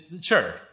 Sure